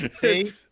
See